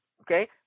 okay